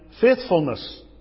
faithfulness